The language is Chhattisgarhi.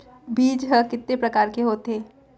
बीज ह कितने प्रकार के होथे?